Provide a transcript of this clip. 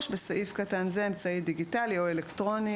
(3) "בסעיף קטן זה "אמצעי דיגיטלי" או "אלקטרוני,